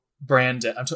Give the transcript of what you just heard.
Brandon